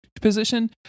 position